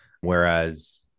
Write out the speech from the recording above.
Whereas